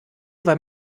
weil